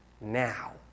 now